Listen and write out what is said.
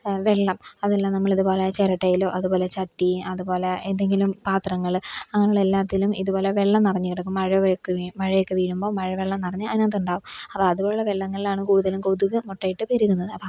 വെള്ളം അതെല്ലാം നമ്മളിത് പോലെ ചിരട്ടയിലോ അത് പോലെ ചട്ടി അത്പോലെ ഏതെങ്കിലും പാത്രങ്ങൾ അങ്ങനെ ഉള്ള എല്ലാത്തിലും ഇങ്ങനെ വെള്ളം നിറഞ്ഞ് കിടക്കും മഴയൊക്കെ മഴയൊക്കെ വീഴുമ്പോൾ മഴവെള്ളം നിറഞ്ഞ് അതിനകത്ത് ഉണ്ടാകും അപ്പം അത് പോലുള്ള വെള്ളങ്ങളിലാണ് കൂടുതലും കൊതുക് മുട്ടയിട്ട് പെരുകുന്നത് അപ്പോൾ